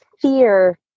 fear